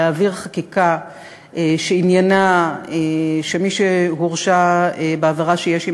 להעביר חקיקה שעניינה שמי שהורשע בעבירה שיש עמה